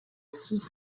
six